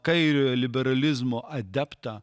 kairiojo liberalizmo adeptą